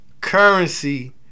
Currency